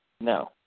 No